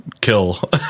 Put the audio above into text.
kill